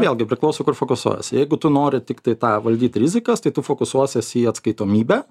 vėlgi priklauso kur fokusuojiesi jeigu tu nori tiktai tą valdyti rizikas tai tu fokusuosies į atskaitomybę